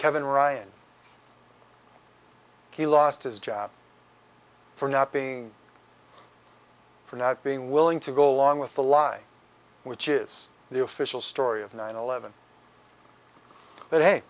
kevin ryan he lost his job for not being for not being willing to go along with the lie which is the official story of nine eleven but hey